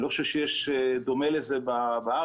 אני לא חושב שיש דומה לזה בארץ.